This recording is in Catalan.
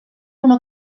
una